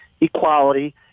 equality